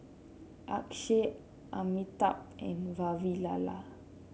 Akshay Amitabh and Vavilala